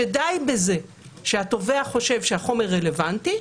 שדי בזה שהתובע חושב שהחומר רלוונטי,